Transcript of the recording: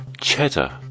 Cheddar